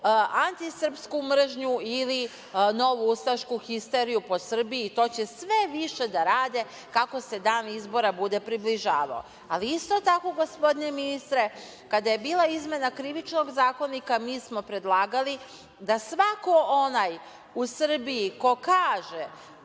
antisrpsku mržnju ili novu ustašku histeriju po Srbiji i to će sve više da rade kako se dan izbora bude približavao. Isto tako, gospodine ministre, kada je bila izmena Krivičnog zakonika, mi smo predlagali da svako onaj u Srbiji ko kaže